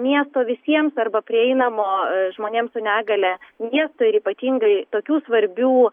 miesto visiems arba prieinamo e žmonėms su negalia miesto ir ypatingai tokių svarbių